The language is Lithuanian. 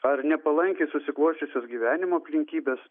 ar nepalankiai susiklosčiusios gyvenimo aplinkybės